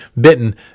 bitten